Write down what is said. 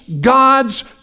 God's